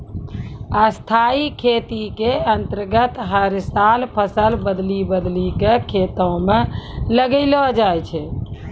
स्थाई खेती के अन्तर्गत हर साल फसल बदली बदली कॅ खेतों म लगैलो जाय छै